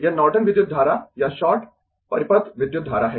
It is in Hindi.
यह नॉर्टन विद्युत धारा या शॉर्ट परिपथ विद्युत धारा है